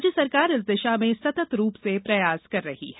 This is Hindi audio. राज्य सरकार इस दिशा में सतत रूप से प्रयास कर रही है